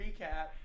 recap